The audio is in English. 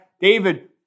David